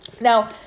Now